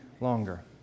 longer